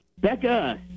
Becca